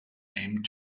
came